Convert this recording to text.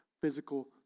physical